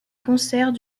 concert